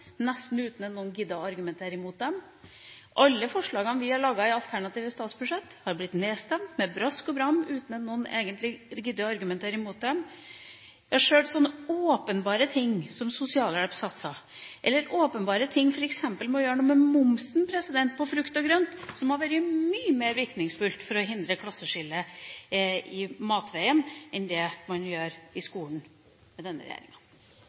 nesten uten at noen gadd å argumentere imot dem. Alle forslagene vi har laget i alternative statsbudsjett, har blitt nedstemt med brask og bram uten at noen egentlig har giddet å argumentere imot dem. Ja, sjøl sånne åpenbare ting som sosialhjelpssatser, eller åpenbare ting som f.eks. å gjøre noe med momsen på frukt og grønt, hadde vært mye mer virkningsfullt for å hindre klasseskillet i matveien enn det man gjør i skolen med denne regjeringa.